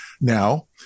now